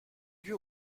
lieu